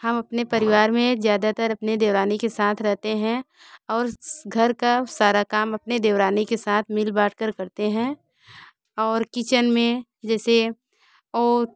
हम अपने परिवार में ज़्यादातर अपने देवरानी के साथ रहते हैं और घर का सारा काम अपने देवरानी के साथ मिल बाँट कर करते हैं और किचेन में जैसे ओ